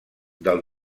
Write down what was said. del